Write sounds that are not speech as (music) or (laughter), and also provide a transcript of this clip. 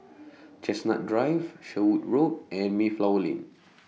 (noise) Chestnut Drive Sherwood Road and Mayflower Lane (noise)